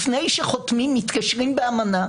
לפני שחותמים מתקשרים באמנה,